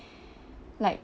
like